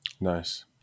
Nice